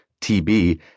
TB